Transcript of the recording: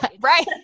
Right